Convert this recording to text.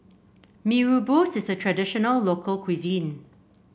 Mee Rebus is a traditional local cuisine